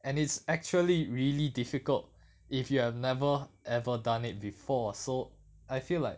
and it's actually really difficult if you have never ever done it before so I feel like